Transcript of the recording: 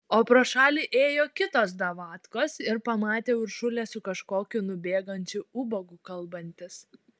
o pro šalį ėjo kitos davatkos ir pamatė uršulę su kažkokiu nubėgančiu ubagu kalbantis